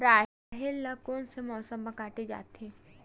राहेर ल कोन से मौसम म काटे जाथे?